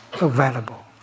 available